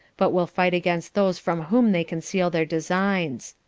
but will fight against those from whom they conceal their designs.